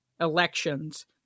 elections